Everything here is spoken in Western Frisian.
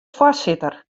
foarsitter